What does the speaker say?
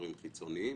מדירקטורים חיצוניים.